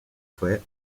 fue